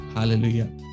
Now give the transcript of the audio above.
Hallelujah